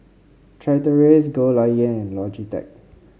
Chateraise Goldlion and Logitech